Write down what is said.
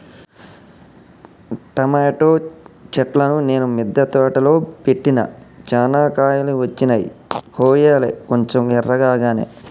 tomato చెట్లును నేను మిద్ద తోటలో పెట్టిన చానా కాయలు వచ్చినై కొయ్యలే కొంచెం ఎర్రకాగానే